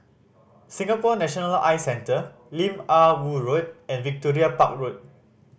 Singapore National Eye Centre Lim Ah Woo Road and Victoria Park Road